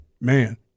man